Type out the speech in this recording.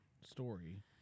Story